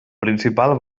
principal